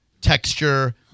texture